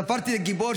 ספדתי לגיבור,